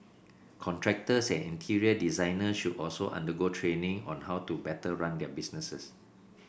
contractors and interior designers should also undergo training on how to better run their businesses